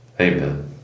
Amen